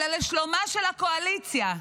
אלא לשלומה של הקואליציה.